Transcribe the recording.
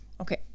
Okay